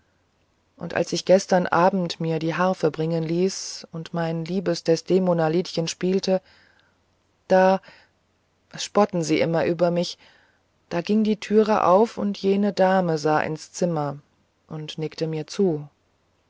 und als ich gestern abend mir die harfe bringen ließ und mein liebes desdemona liedchen spielte da spotten sie immer über mich da ging die türe auf und jene dame sah ins zimmer und nickte mir zu